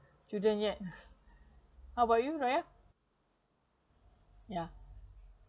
children yet how about you raya ya